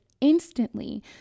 Instantly